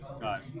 got